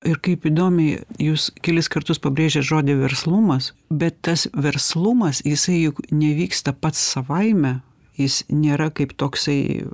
ir kaip įdomiai jūs kelis kartus pabrėžėt žodį verslumas bet tas verslumas jisai juk nevyksta pats savaime jis nėra kaip toksai